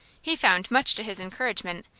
he found, much to his encouragement,